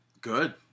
Good